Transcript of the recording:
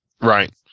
Right